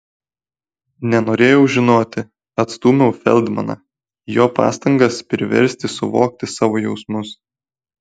nenorėjau žinoti atstūmiau feldmaną jo pastangas priversti suvokti savo jausmus